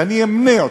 ואני אמנה אותם: